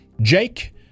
Jake